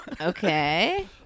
Okay